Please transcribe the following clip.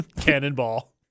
cannonball